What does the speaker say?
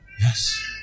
Yes